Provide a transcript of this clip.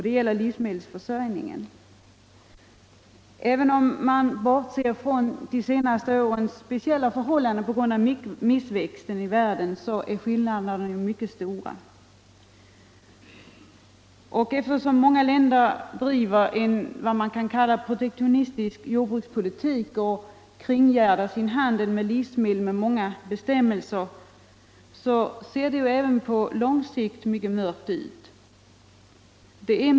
Det gäller livsmedelsförsörjningen. Även om man bortser från de senaste årens speciella förhållanden på grund av missväxten i världen, är skillnaderna ändå mycket stora. Eftersom dessutom många länder driver en protektionistisk jordbrukspolitik och kringgärdar sin livsmedelshandel med många bestämmelser, ser det även på lång sikt mycket mörkt ut.